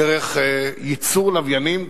דרך ייצור לוויינים,